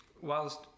whilst